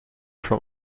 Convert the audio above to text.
from